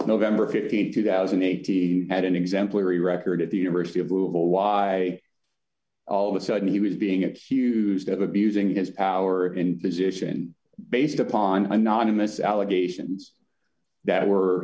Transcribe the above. november th two thousand and eighty had an exemplary record at the university of google why all of a sudden he was being accused of abusing his power and position based upon anonymous allegations that were